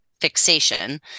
fixation